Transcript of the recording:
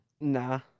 Nah